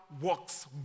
works